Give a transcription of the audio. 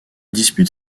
dispute